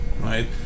right